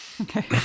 Okay